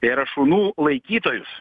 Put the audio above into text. tai yra šunų laikytojus